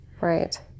Right